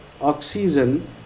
oxygen